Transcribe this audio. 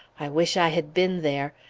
i wish i had been there!